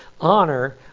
honor